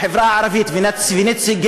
החברה הערבית ונציגיה,